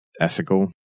ethical